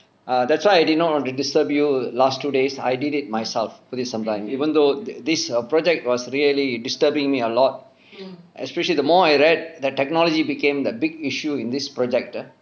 err that's why I didn't want to disturb you last two days I did it myself with I did it sometime even though this project was really disturbing me a lot especially the more I read the technology became the big issue in this project ah